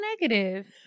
negative